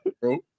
bro